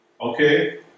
okay